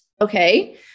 Okay